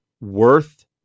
worth